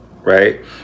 right